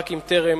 רק אם טרם